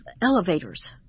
elevators